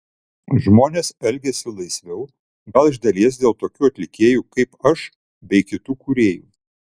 žmonės elgiasi laisviau gal iš dalies dėl tokių atlikėjų kaip aš bei kitų kūrėjų